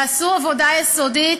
תעשו עבודה יסודית,